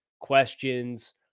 questions